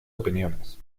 opiniones